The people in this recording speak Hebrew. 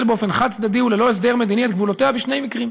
באופן חד-צדדי וללא הסדר מדיני את גבולותיה בשני מקרים".